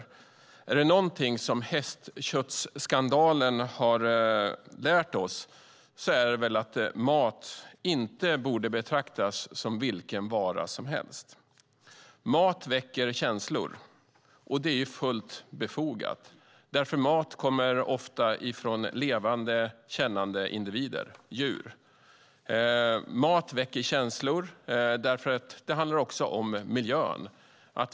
Är det någonting som hästköttsskandalen har lärt oss är det att mat inte borde betraktas som vilken vara som helst. Mat väcker känslor. Det är fullt befogat eftersom mat ofta kommer från levande, kännande individer - djur. Mat väcker känslor, för det handlar också om miljön.